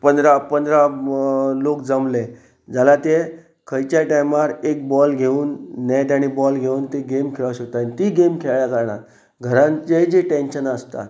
पंदरा पंदरा लोक जमले जाल्यार ते खंयच्या टायमार एक बॉल घेवन नॅट आनी बॉल घेवन ते गेम खेळूं शकता आनी ती गेम खेळ्ळ कारणान घरांचें जें टेंन्शन आसता